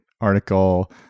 article